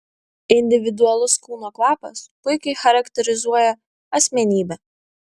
individualus kūno kvapas puikiai charakterizuoja asmenybę